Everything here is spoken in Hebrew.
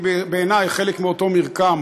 בעיני, זה חלק מאותו מרקם